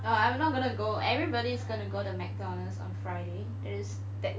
well I'm not gonna go everybody's gonna go to Mcdonalds on Friday there is that